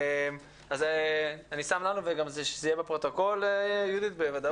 אני שם לנו ויהודית שזה גם יהיה בפרוטוקול בוודאות.